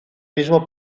mismo